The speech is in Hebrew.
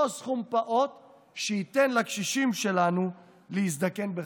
אותו סכום פעוט, שייתן לקשישים שלנו להזדקן בכבוד.